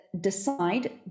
decide